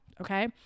Okay